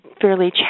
fairly